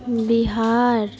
Bihar